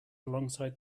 alongside